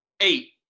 Eight